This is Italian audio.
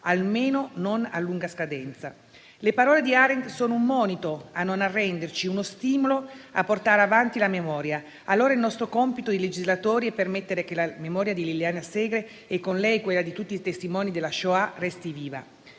almeno non a lunga scadenza». Le parole della Arendt sono un monito a non arrenderci, uno stimolo a portare avanti la memoria. Il nostro compito di legislatori è dunque permettere che la memoria di Liliana Segre, e con lei quella di tutti i testimoni della Shoah, resti viva.